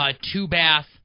two-bath